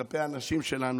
כלפי הנשים שלנו,